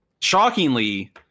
shockingly